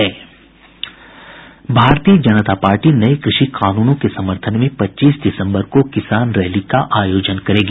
भारतीय जनता पार्टी नये कृषि कानूनों के समर्थन में पच्चीस दिसम्बर को किसान रैली का आयोजन करेगी